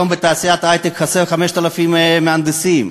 בתעשיית ההיי-טק היום חסרים 5,000 מהנדסים,